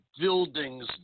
buildings